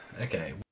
Okay